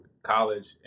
college